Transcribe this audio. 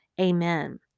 Amen